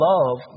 Love